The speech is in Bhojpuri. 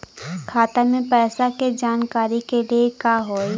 खाता मे पैसा के जानकारी के लिए का होई?